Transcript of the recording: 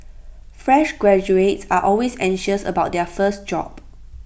fresh graduates are always anxious about their first job